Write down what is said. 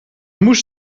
moest